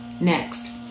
next